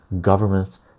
governments